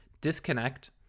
disconnect